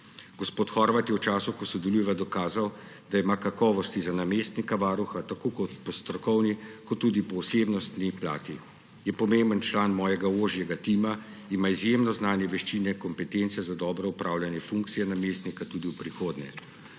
Gospod Horvat je v času, ko sodelujeva, dokazal da ima kakovosti za namestnika varuha tako po strokovni kot tudi po osebnostni plati. Je pomemben član mojega ožjega tima, ima izjemno znanje, veščine, kompetence za dobro opravljanje funkcije namestnika tudi v prihodnje.